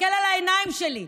תסתכל על העיניים שלי.